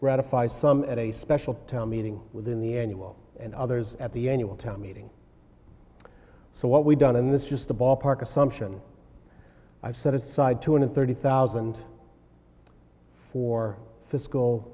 ratify some at a special town meeting within the annual and others at the annual town meeting so what we've done in this just the ballpark assumption i've set aside two hundred thirty thousand for